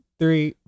three